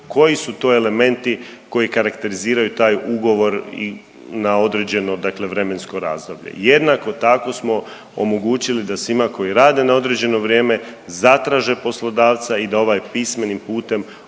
koji su to elementi koji karakteriziraju taj ugovor i na određeno dakle vremensko razdoblje. Jednako tako smo omogućili da svima koji rade na određeno vrijeme zatraže poslodavca i da ovaj pismenim putem